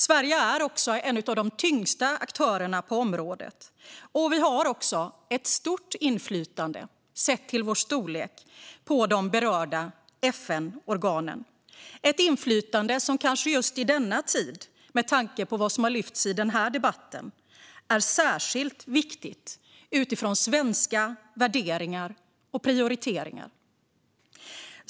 Sverige är också en av de tyngsta aktörerna på området, och vi har ett stort inflytande sett till vår storlek på de berörda FN-organen. Det är ett inflytande som i denna tid, med tanke på vad som har lyfts upp i den här debatten, är särskilt viktigt utifrån svenska värderingar och prioriteringar.